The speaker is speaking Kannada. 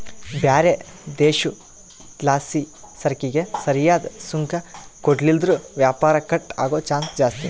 ಬ್ಯಾರೆ ದೇಶುದ್ಲಾಸಿಸರಕಿಗೆ ಸರಿಯಾದ್ ಸುಂಕ ಕೊಡ್ಲಿಲ್ಲುದ್ರ ವ್ಯಾಪಾರ ಕಟ್ ಆಗೋ ಚಾನ್ಸ್ ಜಾಸ್ತಿ